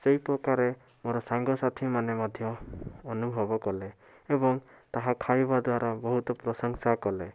ସେଇ ପ୍ରକାରେ ମୋର ସାଙ୍ଗସାଥିମାନେ ମଧ୍ୟ ଅନୁଭବ କଲେ ଏବଂ ତାହା ଖାଇବା ଦ୍ଵାରା ବହୁତ ପ୍ରଶଂସା କଲେ